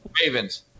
Ravens